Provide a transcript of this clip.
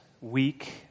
week